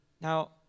Now